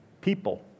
people